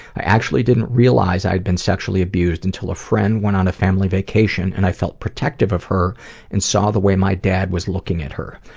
i actually didn't realize i had been sexually abused until a friend went on a family vacation and i felt protective of her and saw the way my dad was looking at her.